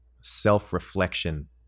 self-reflection